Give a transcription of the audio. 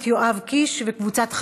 והיא חוזרת לדיון בוועדת הכלכלה.